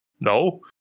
no